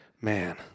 Man